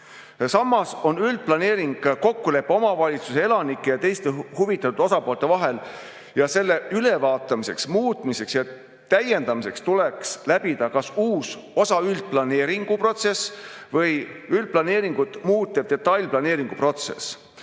Samas on üldplaneering kokkulepe omavalitsuse elanike ja teiste huvitatud osapoolte vahel. Selle ülevaatamiseks, muutmiseks ja täiendamiseks tuleks läbida kas uus (osa)üldplaneeringu protsess või üldplaneeringut muutev detailplaneeringu protsess.